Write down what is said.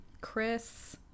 Chris